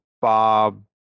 Bob